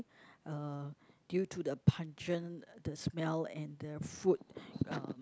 uh due to the pungent the smell and the fruit uh